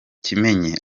kimenyi